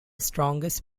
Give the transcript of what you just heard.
strongest